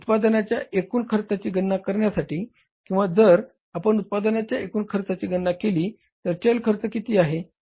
उत्पादनाच्या एकूण खर्चाची गणना करण्यासाठी किंवा जर आपण उत्पादनाच्या एकूण खर्चाची गणना केली तर चल खर्च किती आहे